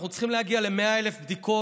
אנחנו צריכים להגיע ל-100,000 בדיקות.